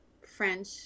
French